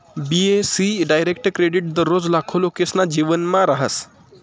बी.ए.सी direct credit दररोज लाखो लोकेसना जीवनमा रहास